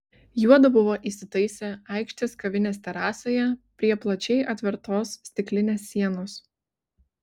juodu buvo įsitaisę aikštės kavinės terasoje prie plačiai atvertos stiklinės sienos